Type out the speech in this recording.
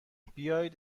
بیایید